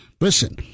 listen